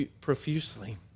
profusely